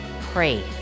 Pray